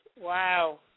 Wow